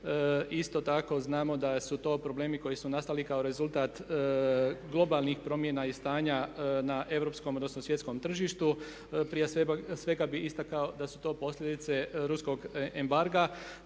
Isto tako znamo da su to problemi koji su nastali kao rezultat globalnih promjena i stanja na Europskom odnosno svjetskom tržištu. Prije svega bih istakao da su to posljedice ruskog embarga